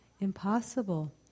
impossible